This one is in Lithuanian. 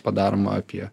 padaroma apie